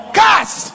cast